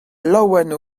laouen